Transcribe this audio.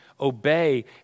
obey